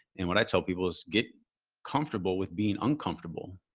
and what i tell people is get comfortable with being uncomfortable.